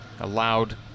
allowed